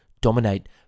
dominate